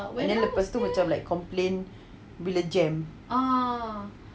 and then lepas tu macam like complain bila jam